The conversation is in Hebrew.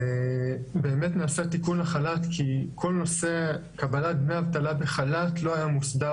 באמת נעשה תיקון החל"ת כי כל נושא קבלת דמי אבטלה בחל"ת לא היה מוסדר